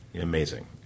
Amazing